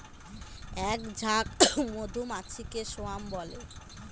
এক ঝাঁক মধুমাছিকে স্বোয়াম বলে